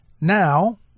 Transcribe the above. Now